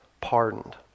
pardoned